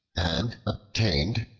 and obtained,